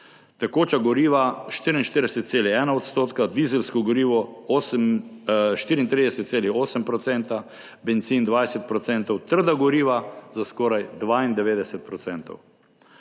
tekoča goriva za 44,1 %, dizelsko gorivo 34,8 %, bencin za 20 %, trda goriva za skoraj 92